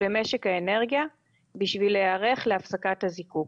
במשק האנרגיה בשביל להיערך להפסקת הזיקוק.